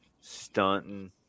stunting